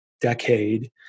decade